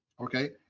Okay